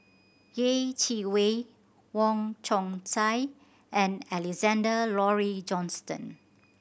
Yeh Chi Wei Wong Chong Sai and Alexander Laurie Johnston